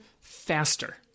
faster